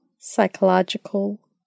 psychological